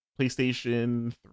PlayStation